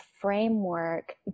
framework